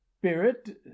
Spirit